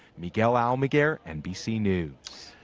miguel almaguer, nbc news.